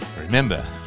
Remember